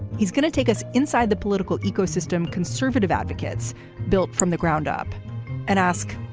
he's gonna take us inside the political ecosystem. conservative advocates built from the ground up and ask,